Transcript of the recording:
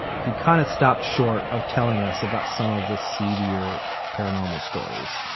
he kind of stopped short of telling us about some of the seedier paranormal stories,